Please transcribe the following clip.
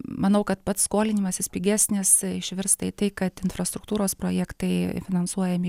manau kad pats skolinimasis pigesnis išversta į tai kad infrastruktūros projektai finansuojami